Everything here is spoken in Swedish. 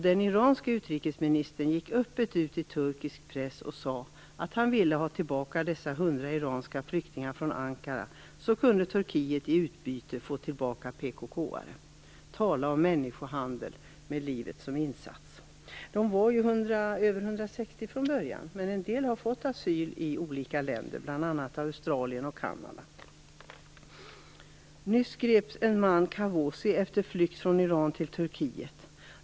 Den iranske utrikesministern gick öppet ut i turkisk press och sade att han ville ha tillbaka dessa 100 iranska flyktingar från Ankara i utbyte mot att Turkiet fick tillbaka PKK:are. Tala om människohandel med livet som insats! Flyktingarna var över 160 personer från början, men en del har fått asyl i olika länder, bl.a. Australien och Kanada. Nyss greps en man vid namn Karroosi efter flykt från Iran till Turkiet.